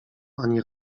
ani